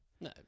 No